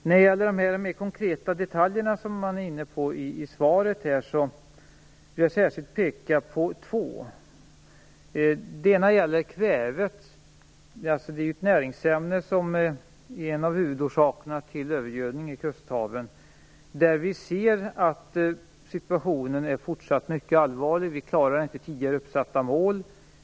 När det gäller de konkreta detaljer som tas upp i svaret vill jag särskilt peka på två saker. Det ena är kvävet, ett näringsämne som är en av huvudorsakerna till övergödning i kusthaven. Där är situationen fortfarande mycket allvarlig, och vi klarar inte tidigare uppsatta mål.